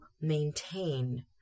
maintain